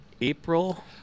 April